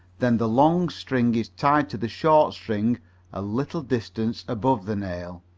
then the long string is tied to the short string a little distance above the nail.